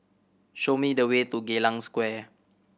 show me the way to Geylang Square